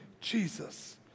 Jesus